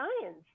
science